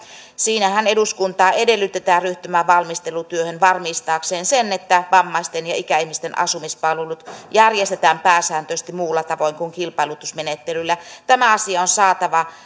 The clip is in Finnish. siinähän eduskuntaa edellytetään ryhtymään valmistelutyöhön varmistaakseen sen että vammaisten ja ikäihmisten asumispalvelut järjestetään pääsääntöisesti muulla tavoin kuin kilpailutusmenettelyllä tämä asia on saatava